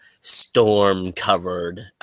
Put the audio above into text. storm-covered